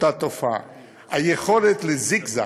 אותה תופעה, היכולת לזגזג: